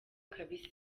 kabisa